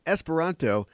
Esperanto